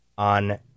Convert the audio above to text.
on